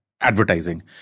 advertising